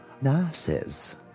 nurses